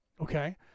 okay